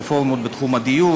רפורמות בתחום הדיור,